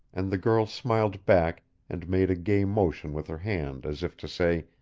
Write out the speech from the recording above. and the girl smiled back and made a gay motion with her hand as if to say,